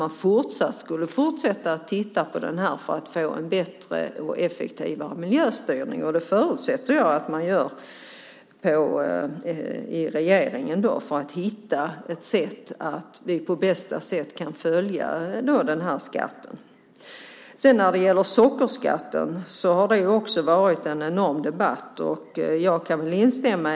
Men man skulle fortsätta att titta på det för att få en bättre och effektivare miljöstyrning, och det förutsätter jag att man gör i regeringen för att hitta det bästa sättet att följa skatten. Det har varit en enorm debatt om sockerskatten.